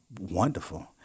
Wonderful